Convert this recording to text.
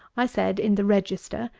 i said, in the register,